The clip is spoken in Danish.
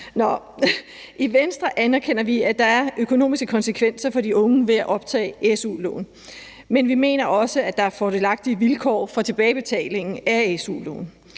I Venstre anerkender vi, at der er økonomiske konsekvenser for de unge ved at optage su-lån, men vi mener også, at der er fordelagtige vilkår for tilbagebetalingen af su-lån.